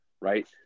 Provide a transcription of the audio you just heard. right